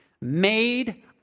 made